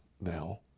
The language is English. now